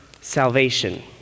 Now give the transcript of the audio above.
salvation